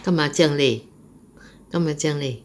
干嘛这样累干嘛这样累